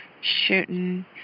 shooting